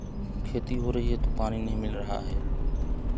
खेती हो रही है तो पानी नहीं मिल रहा है